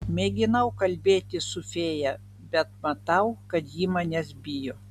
mėginau kalbėtis su fėja bet matau kad ji manęs bijo